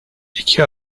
i̇ki